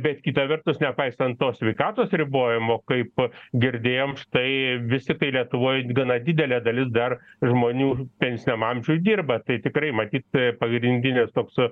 bet kita vertus nepaisant to sveikatos ribojimo kaip girdėjom štai vis tiktai lietuvoj gana didelė dalis dar žmonių pensiniam amžiui dirba tai tikrai matyt pagrindinis toks va